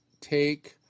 take